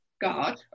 God